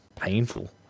painful